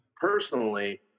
personally